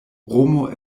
romo